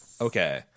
Okay